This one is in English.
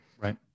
Right